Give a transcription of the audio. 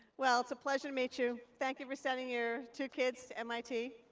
well, it's a pleasure to meet you. thank you for sending your two kids to mit.